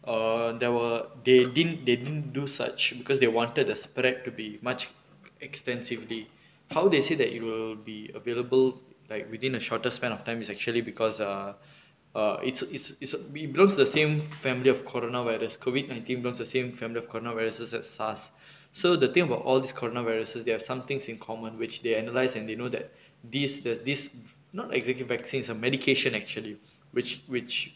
err there were they didn't they didn't do such because they wanted the spread to be much extensively how they say that it will be available like within a shortest span of time is actually because err err it's it's it's becomes the same family of corona virus COVID nineteen becomes the same family of corona viruses as SARS so the thing about all this corona viruses there are some things in common which they analyse and they know that this there's this not exactly vaccines it's a medication actually which which